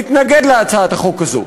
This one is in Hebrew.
להתנגד להצעת החוק הזאת.